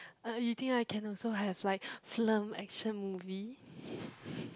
uh you think I can also have like film action movie